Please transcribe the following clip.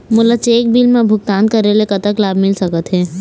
मोला cheque bill मा भुगतान करेले कतक लाभ मिल सकथे?